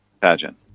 pageant